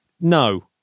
No